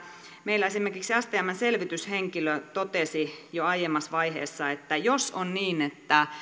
meillä esimerkiksi stmn selvityshenkilö totesi jo aiemmassa vaiheessa että jos on niin että